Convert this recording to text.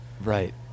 Right